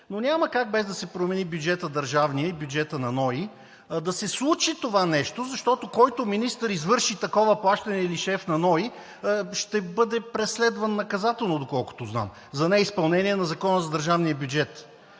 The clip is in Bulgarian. но няма как, без да се промени държавният бюджет и бюджетът на НОИ, да се случи това нещо, защото, който министър извърши такова плащане или шеф на НОИ, ще бъде преследван наказателно, доколкото знам, за неизпълнение на Закона за държавния бюджет.